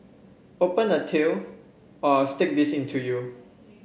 open the till or I'll stick this into you